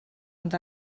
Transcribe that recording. ond